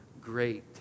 great